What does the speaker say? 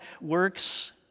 works